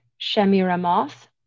Shemiramoth